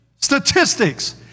statistics